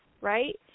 right